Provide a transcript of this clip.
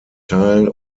teil